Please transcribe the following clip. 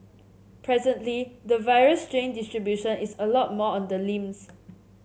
presently the virus strain distribution is a lot more on the limbs